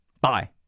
Bye